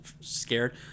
scared